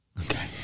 Okay